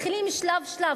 שמתחילים שלב-שלב,